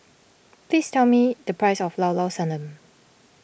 please tell me the price of Llao Llao Sanum